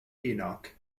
enoch